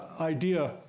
idea